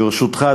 ברשותך,